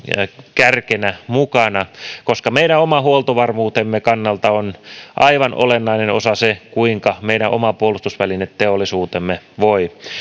kärkenä mukana koska meidän oman huoltovarmuutemme kannalta on aivan olennainen osa se kuinka meidän oma puolustusvälineteollisuutemme voi